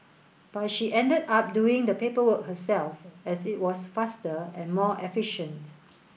but she ended up doing the paperwork herself as it was faster and more efficient